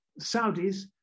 Saudis